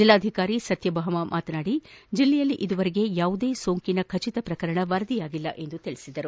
ಜಿಲ್ಲಾಧಿಕಾರಿ ಸತ್ಯಭಾಮಾ ಮಾತನಾದಿ ಜಿಲ್ಲೆಯಲ್ಲಿ ಇದುವರೆಗೆ ಯಾವುದೇ ಸೋಂಕಿನ ಖಚಿತ ಪ್ರಕರಣ ವರದಿಯಾಗಿಲ್ಲ ಎಂದು ತಿಳಿಸಿದರು